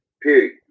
Period